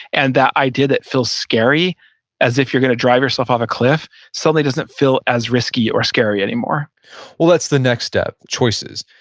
and that idea that feels scary as if you're going to drive yourself off a cliff suddenly doesn't feel as risky or scary anymore well that's the next step, choices.